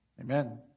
Amen